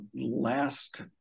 last